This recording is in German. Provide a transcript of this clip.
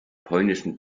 polnischen